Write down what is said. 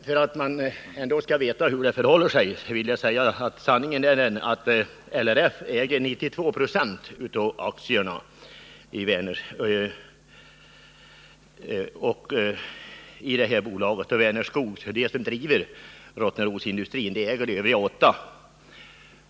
För att man ändå skall veta hur det förhåller sig vill jag säga att sanningen är den att LRF äger 92 20 av aktierna i bolaget och Vänerskog, som driver Rottnerosindustrin, äger de övriga 8 20.